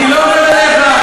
אני לא עובד עליך,